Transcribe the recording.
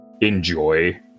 enjoy